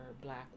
black